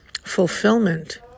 Fulfillment